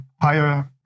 higher